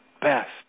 best